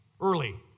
early